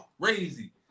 crazy